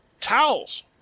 towels